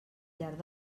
llarg